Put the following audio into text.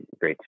great